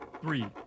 three